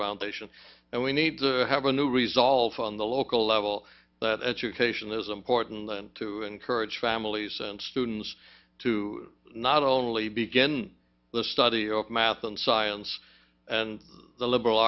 nation and we need to have a new resolve on the local level that education is important to encourage families and students to not only begin the study of math and science and the liberal